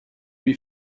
lui